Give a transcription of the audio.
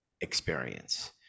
experience